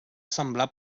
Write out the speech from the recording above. semblar